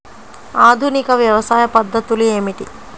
ఆధునిక వ్యవసాయ పద్ధతులు ఏమిటి?